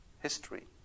history